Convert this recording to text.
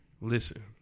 Listen